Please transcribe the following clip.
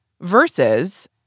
versus